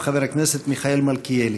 חבר הכנסת מיכאל מלכיאלי.